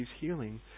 healing